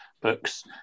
books